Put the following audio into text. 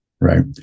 Right